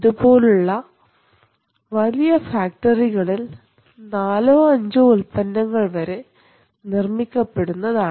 ഇതുപോലുള്ള വലിയ ഫാക്ടറികളിൽ നാലോ അഞ്ചോ ഉൽപ്പന്നങ്ങൾ വരെ നിർമ്മിക്കപ്പെടുന്നതാണ്